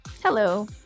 Hello